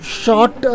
short